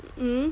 mm